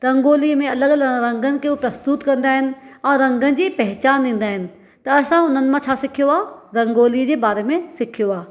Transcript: रंगोली में अलॻि अलॻि रंगनि खे प्रस्तुत कंदा आहिनि ऐं रंग जी पहचान ॾींदा आहिनि त असां उन्हनि में छा सिखियो आहे रंगोली जे बारें में सिखियो आहे